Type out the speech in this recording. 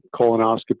colonoscopy